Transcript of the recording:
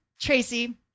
tracy